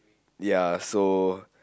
ya so